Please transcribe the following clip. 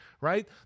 right